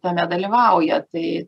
tame dalyvauja tai